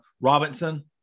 Robinson